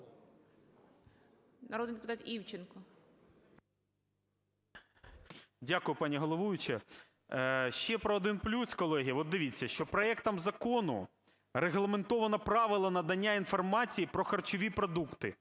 Народний депутат Івченко.